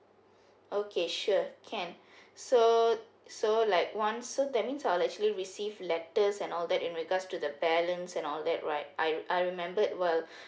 okay sure can so so like once so that means I'll actually receive letters and all that in regards to the balance and all that right I I remembered while